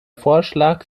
vorschlag